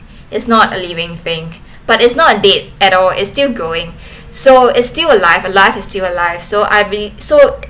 is not a living thing but it's not a dead at all it's still growing so is still a live a live is still a live so I be so